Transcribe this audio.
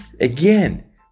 Again